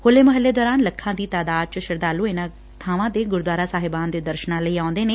ਹੋਲੇ ਮੁਹੱਲੇ ਦੋਰਾਨ ਲੱਖਾਂ ਦੀ ਤਾਦਾਦ ਵਿਚ ਸ਼ਰਧਾਲੂ ਇਨੂਾਂ ਥਾਵਾਂ ਤੇ ਗੁਰਦੁਆਰਾ ਸਹਿਬਾਨ ਦੇ ਦਰਸ਼ਨਾਂ ਲਈ ਆਉਦੇ ਹਨ